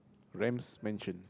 Ram's mansion